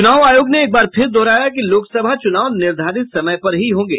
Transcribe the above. चुनाव आयोग ने एक बार फिर दोहराया है कि लोकसभा चुनाव निर्धारित समय पर ही होंगे